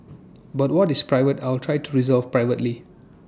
but what is private I will try to resolve privately